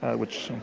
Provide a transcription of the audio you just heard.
which